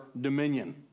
dominion